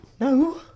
no